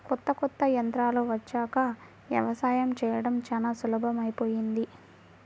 కొత్త కొత్త యంత్రాలు వచ్చాక యవసాయం చేయడం చానా సులభమైపొయ్యింది